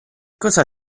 cosa